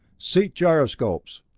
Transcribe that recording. seat-gyroscopes.